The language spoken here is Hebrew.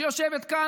שיושבת כאן,